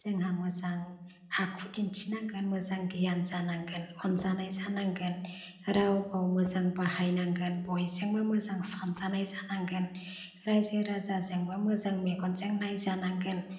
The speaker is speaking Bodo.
जोंहा मोजां आखु दिन्थिनांगोन मोजां गियान जानांगोन अनजानाय जानांगोन रावखौ भाव मोजां बाहायनांगोन बयजोंबो मोजां सानजानाय जानांगोन रायजो राजाजोंबो मोजां मेगनजों नायजानांगोन